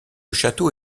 château